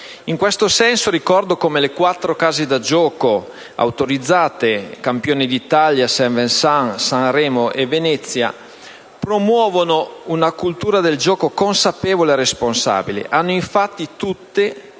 riconosciuti. Ricordo che le quattro case da gioco autorizzate (Campione d'Italia, Saint Vincent, Sanremo e Venezia) promuovono una cultura del gioco consapevole e responsabile: hanno infatti tutte